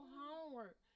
homework